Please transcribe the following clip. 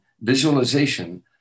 visualization